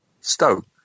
Stoke